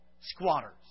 squatters